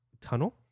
tunnel